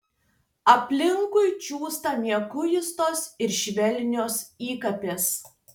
aplinkui džiūsta mieguistos ir švelnios įkapės